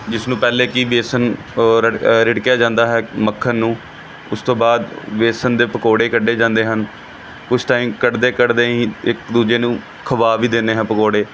ਜਿਸ ਨੂੰ ਪਹਿਲਾਂ ਕਿ ਬੇਸਣ ਰਿੜ ਰਿੜਕਿਆ ਜਾਂਦਾ ਹੈ ਮੱਖਣ ਨੂੰ ਉਸ ਤੋਂ ਬਾਅਦ ਬੇਸਣ ਦੇ ਪਕੌੜੇ ਕੱਢੇ ਜਾਂਦੇ ਹਨ ਕੁਛ ਟਾਈਮ ਕੱਢਦੇ ਕੱਢਦੇ ਅਸੀਂ ਇੱਕ ਦੂਜੇ ਨੂੰ ਖਵਾ ਵੀ ਦਿੰਦੇ ਹਾਂ ਪਕੌੜੇ